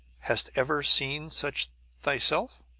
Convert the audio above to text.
hast ever seen such thyself?